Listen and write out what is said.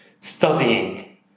studying